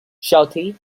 shawty